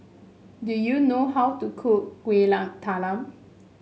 do you know how to cook Kueh Talam